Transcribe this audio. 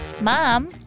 mom